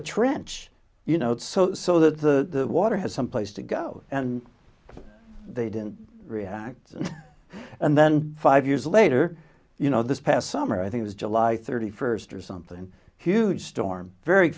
a trench you know so so that the water has someplace to go and they didn't react and then five years later you know this past summer i think it's july thirty first or something huge storm very